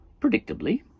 predictably